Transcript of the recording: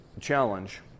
challenge